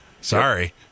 Sorry